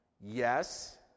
Yes